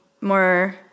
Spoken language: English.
more